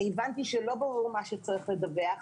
אני הבנתי שלא ברור מה שצריך לדווח.